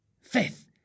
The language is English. Faith